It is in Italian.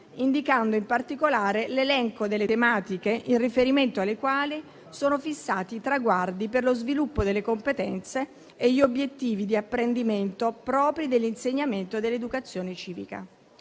indicando in particolare l'elenco delle tematiche in riferimento alle quali sono fissati i traguardi per lo sviluppo delle competenze e gli obiettivi di apprendimento propri dell'insegnamento dell'educazione civica.